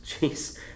jeez